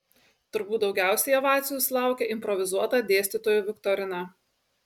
turbūt daugiausiai ovacijų sulaukė improvizuota dėstytojų viktorina